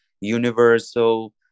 Universal